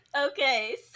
Okay